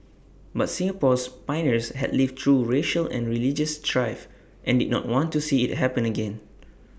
but Singapore's pioneers had lived through racial and religious strife and did not want to see IT happen again